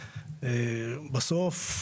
בסוף,